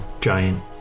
giant